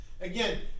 Again